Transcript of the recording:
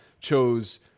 chose